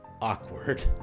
awkward